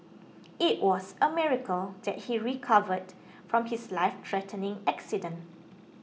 it was a miracle that he recovered from his lifethreatening accident